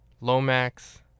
Lomax